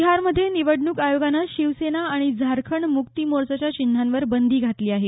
बिहारमध्ये निवडणूक आयोगानं शिवसेना आणि झारखंड मुक्ती मोर्चाच्या चिन्हांवर बंदी घातली आहे